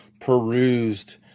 perused